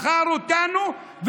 מכר אותנו,